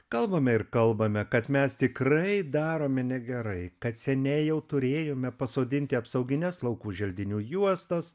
kalbame ir kalbame kad mes tikrai darome negerai kad seniai jau turėjome pasodinti apsaugines laukų želdinių juostas